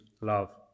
love